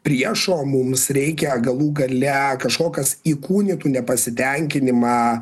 priešo mums reikia galų gale kažko kas įkūnytų nepasitenkinimą